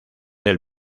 del